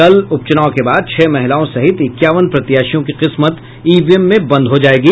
कल उपचुनाव के बाद छह महिलाओं सहित इक्यावन प्रत्याशियों की किस्मत ईवीएम में बंद हो जायेगी